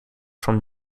from